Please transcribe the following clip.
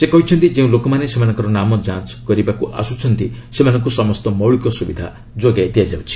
ସେ କହିଛନ୍ତି ଯେଉଁ ଲୋକମାନେ ସେମାନଙ୍କର ନାମ ଯାଞ୍ଚ କରିବାକୁ ଆସୁଛନ୍ତି ସେମାନଙ୍କୁ ସମସ୍ତ ମୌଳିକ ସୁବିଧା ଯୋଗାଇ ଦିଆଯାଉଛି